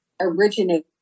originated